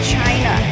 China